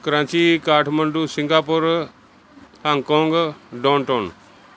Karachi Kathmandu Singapore Hong Kong downtown